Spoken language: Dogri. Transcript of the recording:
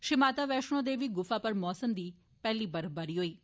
श्री माता वैष्णो देवी गुफा पर मौसम दी पैहली बर्फबारी होई ऐ